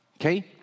Okay